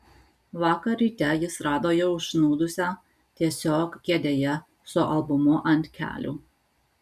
vakar ryte jis rado ją užsnūdusią tiesiog kėdėje su albumu ant kelių